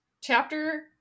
chapter